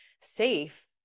safe